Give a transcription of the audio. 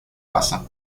casa